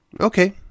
Okay